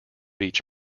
each